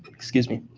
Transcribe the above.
excuse me.